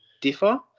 differ